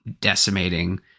decimating